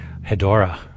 Hedora